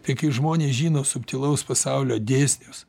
tai kai žmonės žino subtilaus pasaulio dėsnius